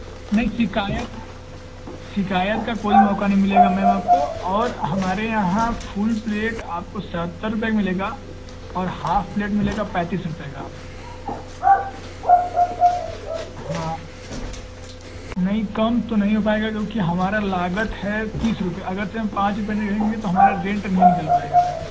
नहीं शिकायत शिकायत का कोई मौका नहीं मिलेगा मैम आपको और हमारे यहाँ फुल प्लेट आपको सत्तर रुपये मिलेगा और हाफ़ प्लेट मिलेगा पैंतीस रुपये का हाँ नहीं कम तो नहीं हो पाएगा क्योंकि हमारी लागत है तीस रुपये अगरचे हम पाँच रुपये नहीं लेंगे तो हमारा रेंट नहीं निकल पाएगा में